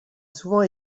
souvent